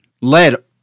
led